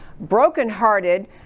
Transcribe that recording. brokenhearted